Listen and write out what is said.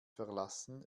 verlassen